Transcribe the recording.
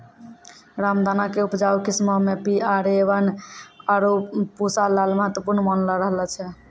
रामदाना के उपजाऊ किस्मो मे पी.आर.ए वन, आरु पूसा लाल महत्वपूर्ण मानलो जाय रहलो छै